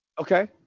Okay